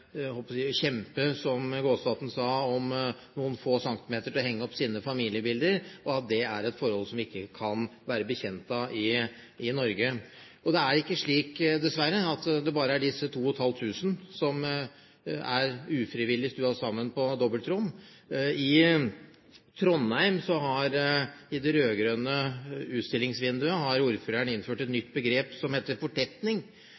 kjempe, som Jæger Gåsvatn sa, om noen få centimeter for å få hengt opp sine familiebilder, og at dette er forhold som man ikke kan være bekjent av i Norge. Det er ikke slik, dessverre, at det bare er disse 2 500 som er ufrivillig stuet sammen på dobbeltrom. I Trondheim, i det rød-grønne utstillingsvinduet, har ordføreren innført et